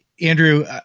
Andrew